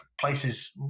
places